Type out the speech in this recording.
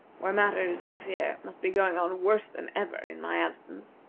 where matters, i fear, must be going on worse than ever, in my absence.